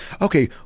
okay